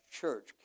church